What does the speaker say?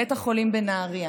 בית החולים בנהריה,